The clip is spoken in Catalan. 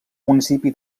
municipi